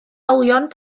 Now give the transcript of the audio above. olion